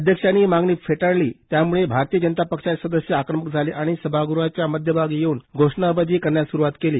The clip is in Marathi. अध्यक्षांनी ही मागणी फेटाळली त्यामुळे भारतीय जनता पक्षाचे सदस्य आक्रम झाले आणि सभागृहाच्या मध्यभागी येऊन घोशणाबाजी करण्यास सुरूवात केली